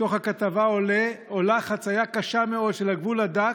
מתוך הכתבה עולה חציה קשה מאוד של הגבול הדק,